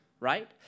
right